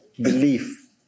belief